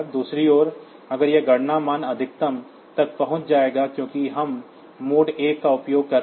दूसरी ओर अगर यह गणना मान अधिकतम तक पहुंच जाएगा क्योंकि हम मोड 1 का उपयोग कर रहे हैं